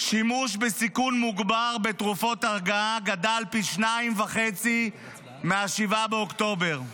שימוש בסיכון מוגבר בתרופות הרגעה גדל פי 2.5 מאז 7 באוקטובר.